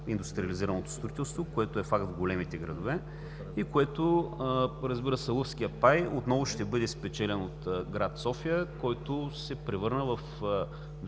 индустриализираното строителство, което е факт в големите градове. Разбира се, лъвският пай отново ще бъде спечелен от град София, който се превърна